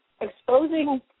Exposing